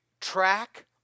track